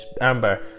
Amber